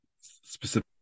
specific